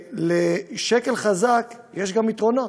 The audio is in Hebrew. לשקל חזק יש גם יתרונות,